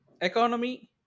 economy